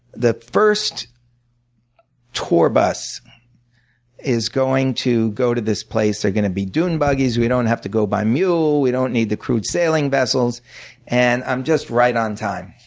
the first tour bus is going to go to this place. there are going to be dune buggies we don't have to go by mule, we don't need the crude sailing vessels and i'm just right on time.